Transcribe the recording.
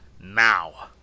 Now